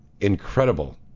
incredible